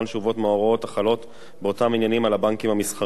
מההוראות החלות באותם עניינים על הבנקים המסחריים,